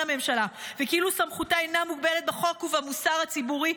הממשלה וכאילו סמכותה אינה מוגבלת בחוק ובמוסר הציבורי,